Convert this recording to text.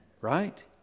right